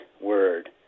word